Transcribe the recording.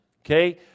Okay